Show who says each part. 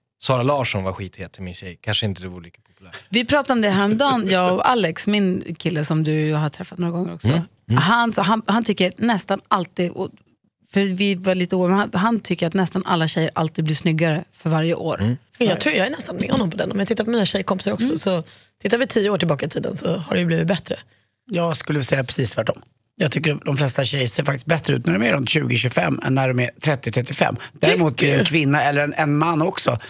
Speaker 1: Sara Larsson var skithet till min tjej. Kanske inte det vore lika populärt.
Speaker 2: Vi pratade om det häromdagen, jag och Alex, min kille som du har träffat några gånger också.
Speaker 1: Mm. Mm.
Speaker 2: Han, så han- han tycker nästan alltid- och- för vi var lite oroliga, men han- han tycker att nästan alla tjejer alltid blir snyggare för varje år.
Speaker 1: Mm.
Speaker 3: Jag tror jag är nästan med honom på den. Om jag tittar på mina tjejkompisar också,
Speaker 2: Mm.
Speaker 3: så tittar vi 10 år tillbaka i tiden, så har det ju blivit bättre.
Speaker 4: Jag skulle säga precis tvärtom. Jag tycker de flesta tjejer ser faktiskt bättre ut när de är runt 20, 25 än när de är 30, 35. Däremot är det en
Speaker 1: Tycker du?
Speaker 4: kvinna eller en- en man också-